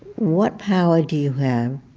what power do you have